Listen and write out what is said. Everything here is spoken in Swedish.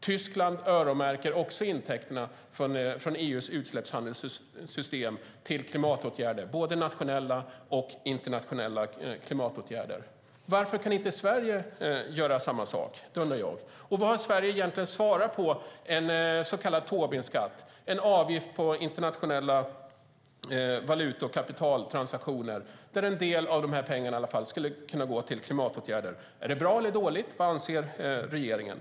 Tyskland öronmärker också intäkterna från EU:s utsläppshandelssystem till klimatåtgärder - både nationella och internationella. Varför kan inte Sverige göra samma sak? Det undrar jag. Och vad har Sverige egentligen svarat på en så kallad Tobinskatt - en avgift på internationella valuta och kapitaltransaktioner - och att åtminstone en del av dessa pengar skulle kunna gå till klimatåtgärder? Är det bra eller dåligt? Vad anser regeringen?